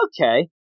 okay